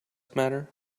matter